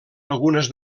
algunes